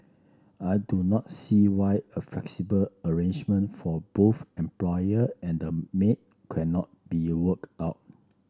I do not see why a flexible arrangement for both employer and maid cannot be worked out